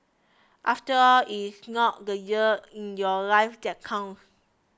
after it is not the years in your life that count